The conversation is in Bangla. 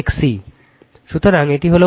সুতরাং এটি হল Y